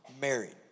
married